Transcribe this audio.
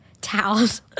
Towels